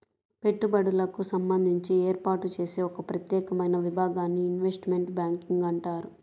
పెట్టుబడులకు సంబంధించి ఏర్పాటు చేసే ఒక ప్రత్యేకమైన విభాగాన్ని ఇన్వెస్ట్మెంట్ బ్యాంకింగ్ అంటారు